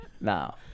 No